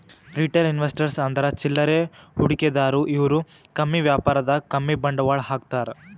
retail investors ಅಂದ್ರ ಚಿಲ್ಲರೆ ಹೂಡಿಕೆದಾರು ಇವ್ರು ಕಮ್ಮಿ ವ್ಯಾಪಾರದಾಗ್ ಕಮ್ಮಿ ಬಂಡವಾಳ್ ಹಾಕ್ತಾರ್